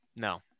no